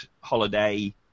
holiday